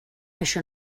això